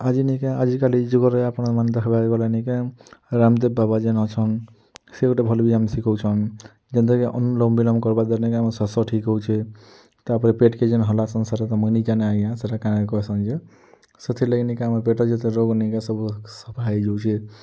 ଆଜି ନିକେ ଆଜିକାଲି ଯୁଗରେ ଆପଣ ମାନେ ଦେଖବାରକେ ଗଲେ ନିକେ ରାମଦେବ୍ ବାବା ଯେନ୍ ଅଛନ୍ ସେ ଗୁଟେ ଭଲ୍ ବ୍ୟାୟାମ୍ ଶିଖଉଛନ୍ ଯେନ୍ତାକି ଅନୁଲମ୍ ବିଲୋମ୍ କରବା ଦ୍ୱାରା ନିକେ ଆମର୍ ଶ୍ୱାସ ଠିକ୍ ହଉଛେ ତା'ପରେ ପେଟ୍ କେ ଯେନ୍ ହଲାସନ୍ ସେଟା ତ ମୁଇଁ ନିଜାନେ ଆଜ୍ଞା ସେଇଟାକେ କାଣା କହେସନ୍ ଯେ ସେଥିରଲାଗି ଆମର୍ ପେଟର୍ ଯେତେ ରୋଗ୍ ନିକେ ସବୁ ସଫା ହେଇଯାଉଛେ